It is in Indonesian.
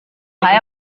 saya